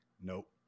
nope